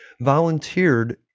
volunteered